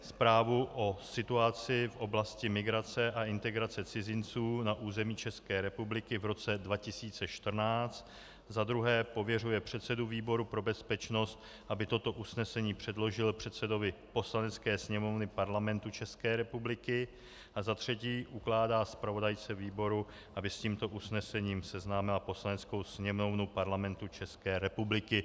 Zprávu o situaci v oblasti migrace a integrace cizinců na území České republiky v roce 2014, za druhé pověřuje předsedu výboru pro bezpečnost, aby toto usnesení předložil předsedovi Poslanecké sněmovny Parlamentu České republiky, a za třetí ukládá zpravodajce výboru, aby s tímto usnesením seznámila Poslaneckou sněmovnu Parlamentu České republiky.